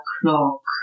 clock